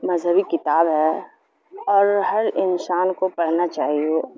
مذہبی کتاب ہے اور ہر انسان کو پڑھنا چاہیے